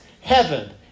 heaven